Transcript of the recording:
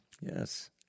Yes